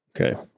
Okay